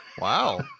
Wow